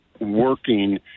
working